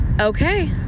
okay